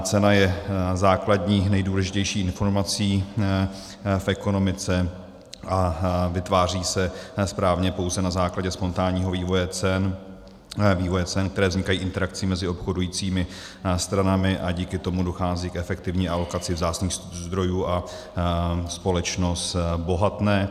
Cena je základní, nejdůležitější informací v ekonomice a vytváří se správně pouze na základě spontánního vývoje cen, které vznikají interakcí mezi obchodujícími stranami, a díky tomu dochází k efektivní alokaci vzácných zdrojů a společnost bohatne.